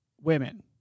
women